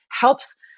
helps